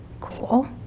cool